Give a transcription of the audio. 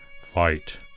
Fight